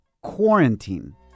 quarantine